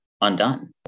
undone